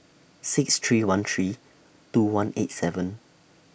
six three one three two one eight seven